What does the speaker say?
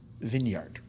vineyard